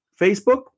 Facebook